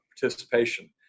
participation